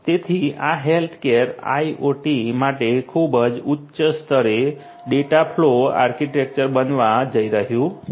તેથી આ healthcare IOT માટે ખૂબ જ ઉચ્ચ સ્તરે ડેટાફ્લો આર્કિટેક્ચર બનવા જઈ રહ્યું છે